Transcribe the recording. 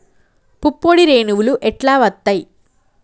పుప్పొడి రేణువులు ఎట్లా వత్తయ్?